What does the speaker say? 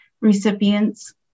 recipients